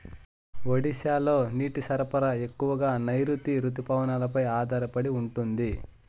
ఒడిశాలో నీటి సరఫరా ఎక్కువగా నైరుతి రుతుపవనాలపై ఆధారపడి ఉంటుంది